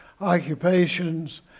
occupations